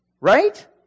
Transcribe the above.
Right